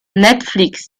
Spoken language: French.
netflix